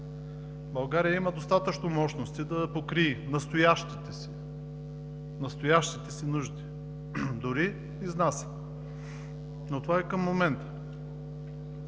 България има достатъчно мощности да покрие настоящите си нужди, дори изнася. Но това е към момента.